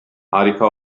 harika